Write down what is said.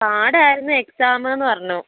പാടായിരുന്നു എക്സാം എന്ന് പറഞ്ഞു